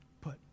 put